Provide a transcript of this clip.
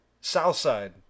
Southside